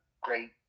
great